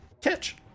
catch